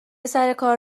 سرکار